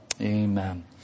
amen